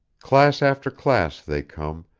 class after class they come,